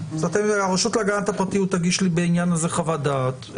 הרשות להגנת הפרטיות תגיש לי בעניין הזה חוות דעת.